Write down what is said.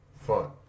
fun